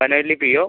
Panoli PO